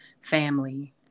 family